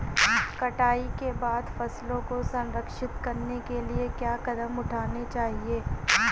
कटाई के बाद फसलों को संरक्षित करने के लिए क्या कदम उठाने चाहिए?